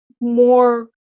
more